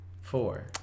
Four